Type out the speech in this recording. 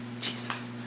Jesus